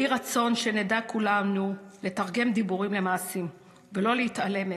יהי רצון שנדע כולנו לתרגם דיבורים למעשים ולא להתעלם מהם,